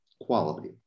quality